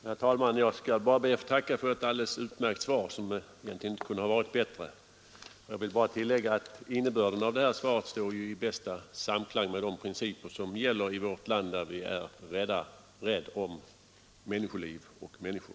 Herr talman! Jag ber att få tacka för ett alldeles utmärkt svar, som egentligen inte kunde ha varit bättre. Jag vill bara tillägga att innebörden av det här svaret står i bästa samklang med de principer som gäller i vårt land, där vi är rädda om människoliv och människor.